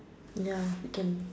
ya you can